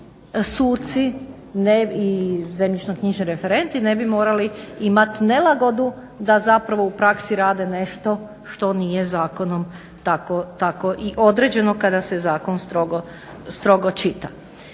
suci i zemljišno-knjižni referenti ne bi morali imati nelagodu da zapravo u praksi rade nešto što nije zakonom tako i određeno kada se zakon strogo čita.